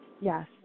Yes